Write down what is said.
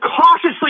cautiously